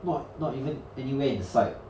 what not even anywhere in sight